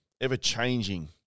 ever-changing